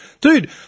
Dude